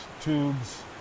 tubes